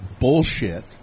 bullshit